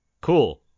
cool